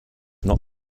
not